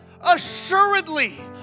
assuredly